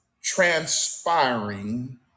transpiring